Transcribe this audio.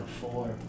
four